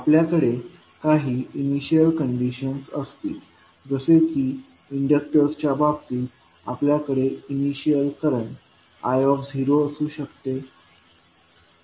आपल्याकडे काही initial conditions असतील जसे की इंडक्टर्सच्या बाबतीत आपल्याकडे इनिशियल करंट i असू शकते